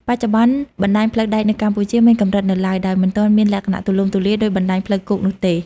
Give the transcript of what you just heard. បច្ចុប្បន្ន បណ្ដាញផ្លូវដែកនៅកម្ពុជាមានកម្រិតនៅឡើយ ដោយមិនទាន់មានលក្ខណៈទូលំទូលាយដូចបណ្តាញផ្លូវគោកនោះទេ។